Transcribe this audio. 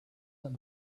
that